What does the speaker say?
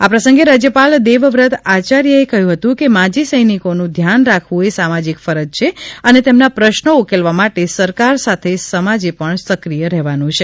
આ પ્રસંગે રાજયપાલ દેવ વ્રત આચાર્ય એ કહ્યું હતું કે માજી સૈનિકીનું ધ્યાન રાખવું એ સામાજિક ફરજ છે અને તેમના પ્રશ્નો ઉકેલવા માટે સરકાર સાથે સમજે પણ સક્રિય રહેવાનુ છે